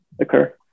occur